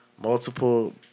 multiple